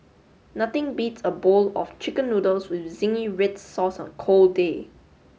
nothing beats a bowl of chicken noodles with zingy red sauce on a cold day